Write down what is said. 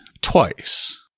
twice